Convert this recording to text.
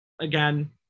again